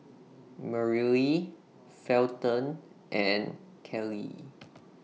Merrilee Felton and Kellee